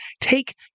take